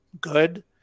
good